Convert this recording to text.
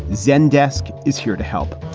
zendesk, is here to help.